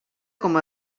com